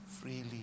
freely